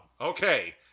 Okay